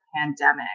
pandemic